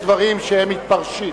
חבר הכנסת אקוניס, יש דברים שהם מתפרשים.